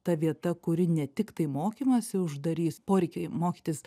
ta vieta kuri ne tiktai mokymąsi uždarys poreikį mokytis